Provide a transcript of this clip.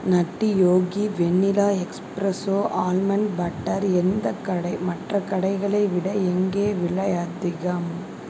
நட்டி Yogi vanilla espresso almond butter எந்த கடை மற்ற கடைகளை விட எங்கே விலை அதிகம்